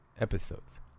episodes